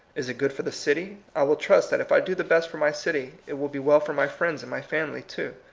is it good for the city? i will trust that if i do the best for my city, it will be well for my friends and my family too.